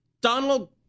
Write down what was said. Donald